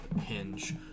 hinge